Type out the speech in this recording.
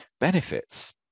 benefits